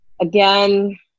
again